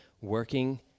working